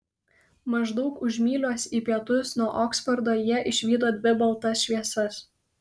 maždaug už mylios į pietus nuo oksfordo jie išvydo dvi baltas šviesas